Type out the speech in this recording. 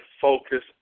focus